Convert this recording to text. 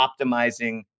optimizing